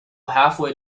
halfway